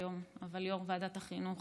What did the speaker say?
שהיה יו"ר ועדת החינוך